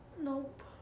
Nope